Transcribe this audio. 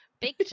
Big